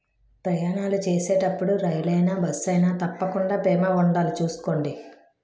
ప్రయాణాలు చేసేటప్పుడు రైలయినా, బస్సయినా తప్పకుండా బీమా ఉండాలి చూసుకోండి